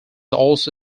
also